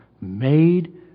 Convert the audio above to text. made